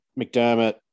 McDermott